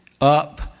up